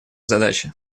задачи